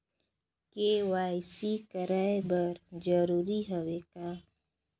KYC कराय बर जरूरी हवे का?